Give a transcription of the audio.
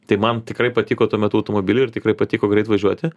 tai man tikrai patiko tuo metu automobiliai ir tikrai patiko greit važiuoti